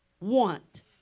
want